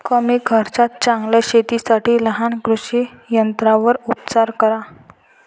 कमी खर्चात चांगल्या शेतीसाठी लहान कृषी यंत्रांवर उपचार करा